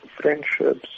friendships